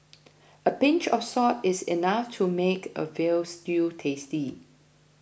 a pinch of salt is enough to make a Veal Stew tasty